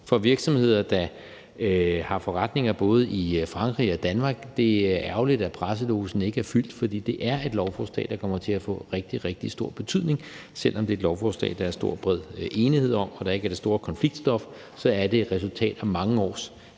for virksomheder, der har forretninger både i Frankrig og i Danmark. Det er ærgerligt, at presselogen ikke er fyldt, for det er et lovforslag, der kommer til at få rigtig, rigtig stor betydning. Og selv om det er et lovforslag, der er stor og bred enighed om, og der ikke er det store konfliktstof i det, så er det et resultat af mange års